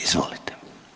Izvolite.